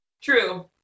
True